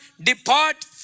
depart